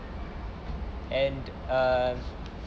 and err